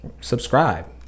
subscribe